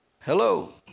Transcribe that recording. Hello